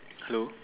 hello